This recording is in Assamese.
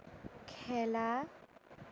খেলা